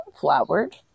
flowered